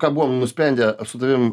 ką buvom nusprendę su tavim